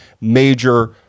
major